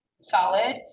solid